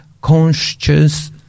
conscious